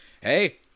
hey